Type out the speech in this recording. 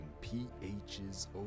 PH's